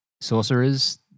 sorcerers